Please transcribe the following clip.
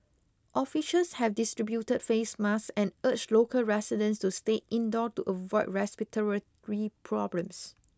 officials have distributed face masks and urged local residents to stay indoor to avoid respiratory problems